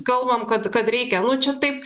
kalbam kad kad reikia nu čia taip